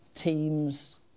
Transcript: Teams